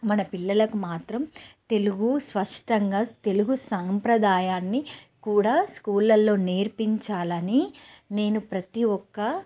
మన పిల్లలకు మాత్రం తెలుగు స్పష్టంగా తెలుగు సాంప్రదాయాన్ని కూడా స్కూళ్ళల్లో నేర్పించాలని నేను ప్రతి ఒక్క